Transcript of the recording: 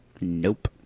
Nope